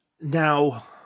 now